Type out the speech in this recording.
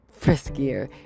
friskier